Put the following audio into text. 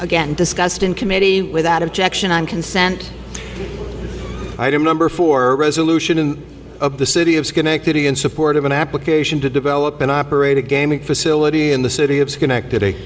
again discussed in committee without objection on consent item number four resolution in the city of schenectady in support of an application to develop an operating gaming facility in the city of schenectady